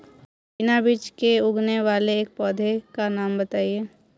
बिना बीज के उगने वाले एक पौधे का नाम बताइए